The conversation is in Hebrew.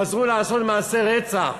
הם חזרו לעשות מעשי רצח.